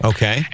Okay